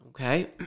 okay